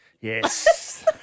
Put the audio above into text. Yes